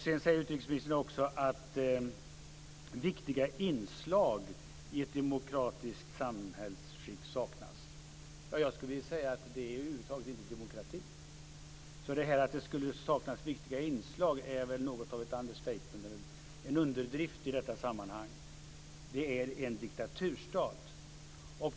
Sedan säger utrikesministern också att viktiga inslag i ett demokratiskt samhällsskick saknas. Jag skulle vilja säga att det är över huvud taget ingen demokrati. Så detta att det skulle saknas viktiga inslag är väl något av ett understatement, en underdrift, i detta sammanhang. Kuba är en diktaturstat.